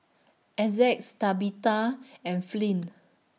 Essex Tabetha and Flint